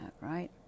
right